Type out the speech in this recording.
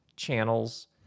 channels